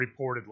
reportedly